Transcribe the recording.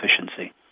efficiency